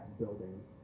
buildings